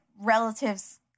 relatives